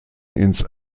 ins